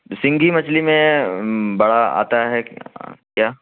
سنگھی مچھلی میں بڑا آتا ہے کیا